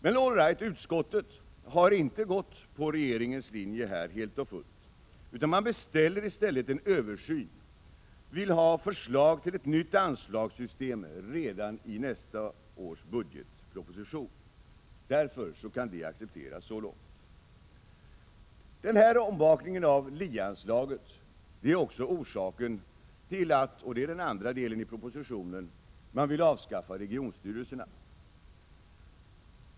Utskottet har emellertid inte gått på regeringens linje helt och fullt härvidlag. Utskottet beställer i stället en översyn och vill ha förslag till ett nytt anslagssystem redan i nästa års budgetproposition. Därför kan förslaget accepteras så långt. Den här ombakningen av LIE-anslaget är också orsaken till att man, vilket är den andra delen i propositionen, vill avskaffa regionstyrelserna.